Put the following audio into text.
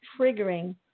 triggering